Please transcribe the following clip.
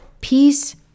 peace